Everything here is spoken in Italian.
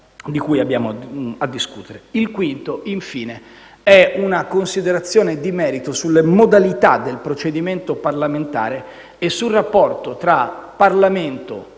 di cui andiamo a discutere. Il quinto, infine, è una considerazione di merito sulle modalità del procedimento parlamentare e sul rapporto tra Parlamento,